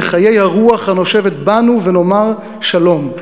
לחיי הרוח הנושבת באנו ונאמר שלום".